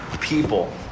people